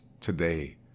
today